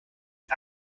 den